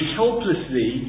helplessly